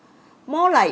more like